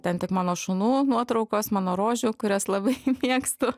ten tik mano šunų nuotraukos mano rožių kurias labai mėgstu